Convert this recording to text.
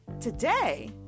Today